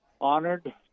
honored